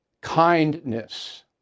kindness